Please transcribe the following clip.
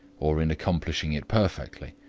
or in accomplishing it perfectly.